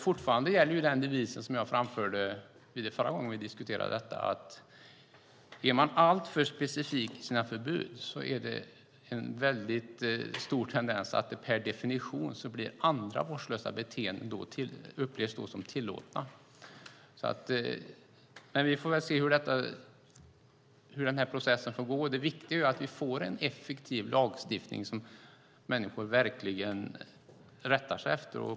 Fortfarande gäller ju den devis som jag framförde förra gången vi diskuterade detta. Är man alltför specifik i sina förbud är det en stor tendens att andra vårdslösa beteenden upplevs som tillåtna. Men vi får väl se hur den här processen går. Det viktiga är att vi får en effektiv lagstiftning som människor verkligen rättar sig efter.